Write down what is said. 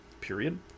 period